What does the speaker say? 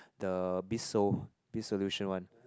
the Biz Solution one